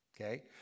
Okay